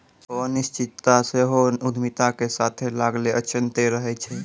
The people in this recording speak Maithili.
अनिश्चितता सेहो उद्यमिता के साथे लागले अयतें रहै छै